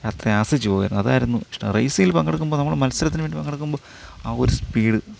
യാത്ര ആസ്വദിച്ചു പോകുവായിരുന്നു അതായിരുന്നു ഇഷ്ടം റേസിൽ പങ്കെടുക്കുമ്പോൾ നമ്മള് മത്സരത്തിന് വേണ്ടി പങ്കെടുക്കുമ്പോൾ നമുക്കൊരു സ്പീഡ്